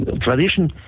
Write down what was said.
tradition